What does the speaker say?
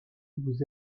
vous